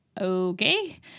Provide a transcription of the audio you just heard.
Okay